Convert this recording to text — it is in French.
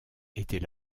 était